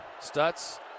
Stutz